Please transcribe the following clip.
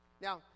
Now